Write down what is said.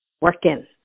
Working